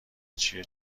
چیه